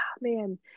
man